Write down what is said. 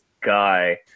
guy